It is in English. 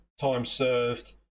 time-served